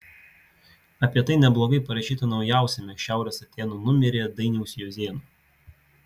apie tai neblogai parašyta naujausiame šiaurės atėnų numeryje dainiaus juozėno